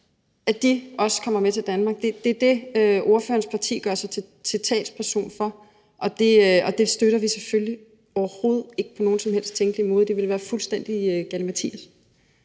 – også kommer med til Danmark. Det er det, man i spørgerens parti gør sig til talspersoner for, og det støtter vi selvfølgelig overhovedet ikke på nogen som helst tænkelig måde. Det ville være fuldstændig galimatias.